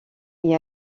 est